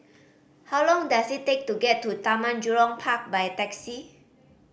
how long does it take to get to Taman Jurong Park by taxi